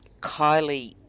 Kylie